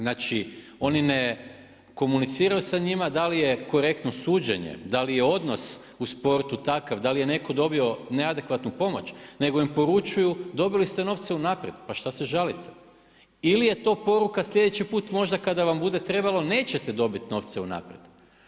Znači oni ne komuniciraju sa njima, da li je korektno suđenje, da li je odnos u sportu takav, da li je neko dobio neadekvatnu pomoć nego im poručuju dobili ste novce unaprijed pa šta se žalite ili je to poruka sljedeći put možda kada vam bude trebalo nećete dobiti novce unaprijed.